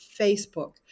Facebook